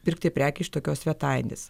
pirkti prekę iš tokios svetainės